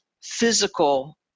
physical